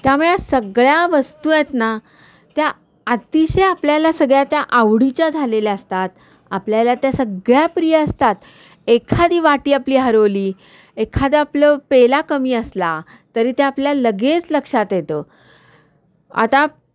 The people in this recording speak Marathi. त्यामुळे सगळ्या वस्तू आहेत ना त्या अतिशय आपल्याला सगळ्या त्या आवडीच्या झालेल्या असतात आपल्याला त्या सगळ्या प्रिय असतात एखादी वाटी आपली हरवली एखादं आपलं पेला कमी असला तरी त्या आपल्या लगेच लक्षात येतं आता